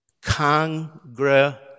congregate